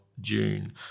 June